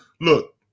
look